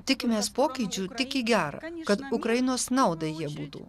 tikimės pokyčių tik į gera kad ukrainos naudai jie būtų